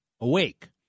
Awake